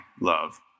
love